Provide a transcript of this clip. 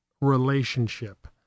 relationship